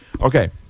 Okay